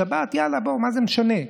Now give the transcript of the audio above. שבת, יאללה, בואו, מה זה משנה?